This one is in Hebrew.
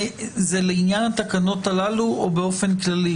זה לעניין התקנות הללו או באופן כללי?